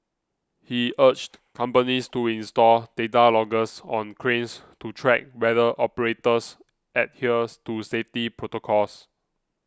he urged companies to install data loggers on cranes to track whether operators adhere to safety protocols